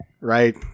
Right